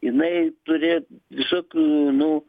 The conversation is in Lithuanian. jinai turi visokių nu